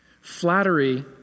Flattery